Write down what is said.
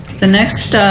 the next i